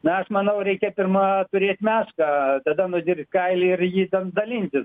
na aš manau reikia pirma turėt mešką tada nudirt kailį ir jį ten dalintis